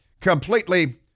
completely